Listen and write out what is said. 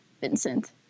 Vincent